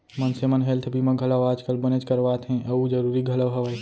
मनसे मन हेल्थ बीमा घलौ आज काल बनेच करवात हें अउ जरूरी घलौ हवय